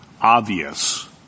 obvious